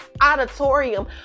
auditorium